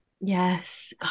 Yes